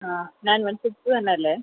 ആ nine one six തന്നെയല്ലേ